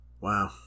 Wow